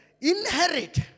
inherit